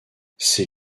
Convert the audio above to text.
ces